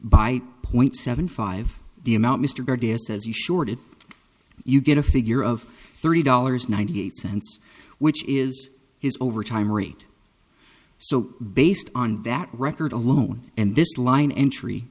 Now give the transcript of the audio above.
by point seven five the amount mr davis says you sure did you get a figure of three dollars ninety eight cents which is his overtime rate so based on that record alone and this line entry